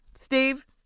Steve